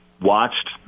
watched